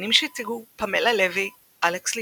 האמנים שהציגו פמלה לוי, אלכס ליבק,